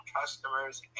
customers